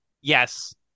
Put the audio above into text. Yes